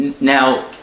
Now